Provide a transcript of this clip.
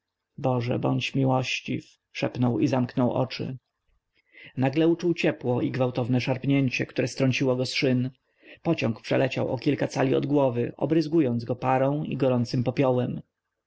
boże bądź miłościw szepnął i zamknął oczy nagle uczuł ciepło i gwałtowne szarpnięcie które strąciło go z szyn pociąg przeleciał o kilka cali od głowy obryzgując go parą i gorącym popiołem